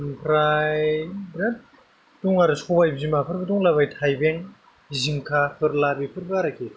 ओमफ्राय बेराद दं आरो सबाइ बिमाफोर दंलाबायो थाइबें जिंखा फोरला बेफोरबो आरोखि